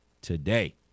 today